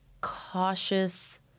cautious